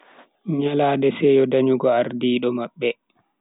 Nyalande seyo danyugo ardiido mabbe.